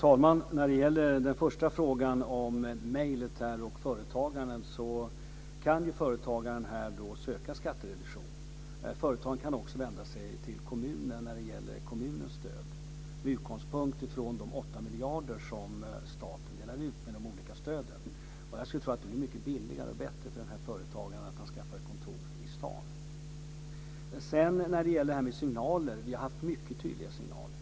Herr talman! Den företagare som har skrivit mejlet till Johnny Gylling kan söka skattereduktion. Företagaren kan också vända sig till kommunen när det gäller stöd, med utgångspunkt från de 8 miljarder som staten delar ut i olika stöd. Jag skulle tro att det blir mycket billigare och bättre för företagaren att han skaffar ett kontor i stan. Vi har lämnat mycket tydliga signaler.